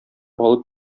алып